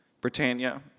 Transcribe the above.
Britannia